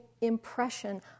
impression